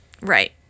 Right